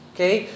Okay